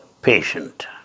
Patient